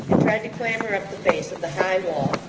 and tried to clamber up the face of the high wall,